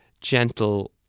gentle